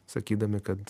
sakydami kad